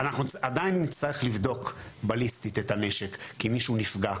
אנחנו עדיין נצטרך לבדוק בליסטית את הנשק כי מישהו נפגע,